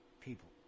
people